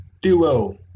duo